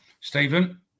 Stephen